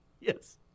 yes